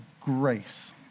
grace